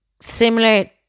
similar